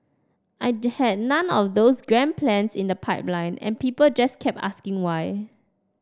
I had none of those grand plans in the pipeline and people just kept asking why